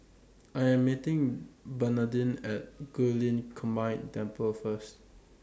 I Am meeting Bernardine At Guilin Combined Temple First